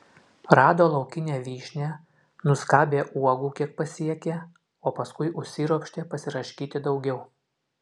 rado laukinę vyšnią nuskabė uogų kiek pasiekė o paskui užsiropštė pasiraškyti daugiau